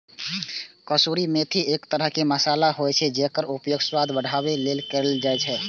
कसूरी मेथी एक तरह मसाला होइ छै, जेकर उपयोग स्वाद बढ़ाबै लेल कैल जाइ छै